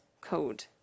code